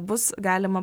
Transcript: bus galima